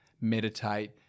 meditate